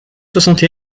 soixante